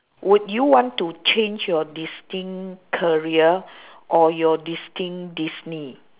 would you want to change your destined career or your destined